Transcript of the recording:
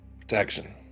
Protection